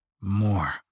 More